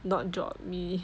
not drop me